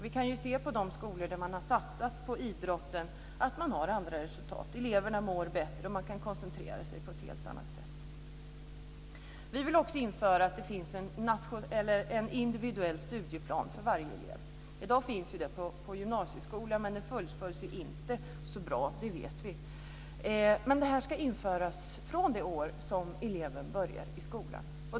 Vi kan se på de skolor där man har satsat på idrotten att man har andra resultat. Eleverna mår bättre, och man kan koncentrera sig på ett helt annat sätt. Vi vill också införa en individuell studieplan för varje elev. I dag finns det på gymnasieskolan, men den fullföljs inte så bra, det vet vi. Men det här ska införas det år då eleven börjar i skolan.